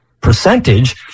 percentage